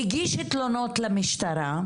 הגיש תלונות למשטרה,